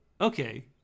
Okay